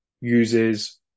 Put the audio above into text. uses